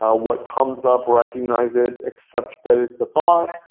ah what comes up, recognize it, except that it's a thought.